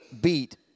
beat